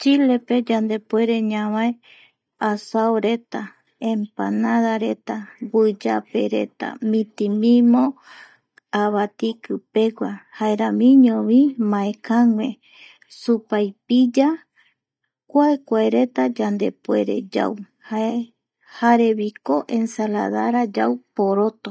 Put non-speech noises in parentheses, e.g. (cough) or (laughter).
Chile pe yandepuere ñavae (noise) asaoreta, empanada reta, guiyapereta, mitimimo avatiki pegua jaeramiñovi maekague supaipiya, kuae kuaereta yandepuere yau (hesitation) jareviko ensaladara yau poroto